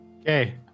Okay